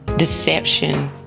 Deception